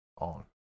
on